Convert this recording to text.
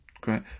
great